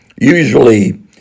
usually